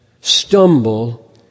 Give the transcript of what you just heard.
stumble